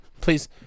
Please